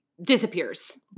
disappears